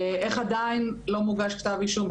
איך עדיין לא מוגש כתב אישום.